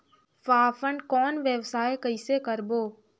फाफण कौन व्यवसाय कइसे करबो?